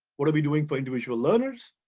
what are we doing for individual learners,